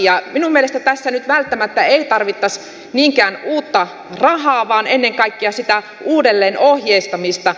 minun mielestäni tässä nyt välttämättä ei tarvittaisi niinkään uutta rahaa vaan ennen kaikkea sitä uudelleen ohjeistamista